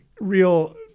real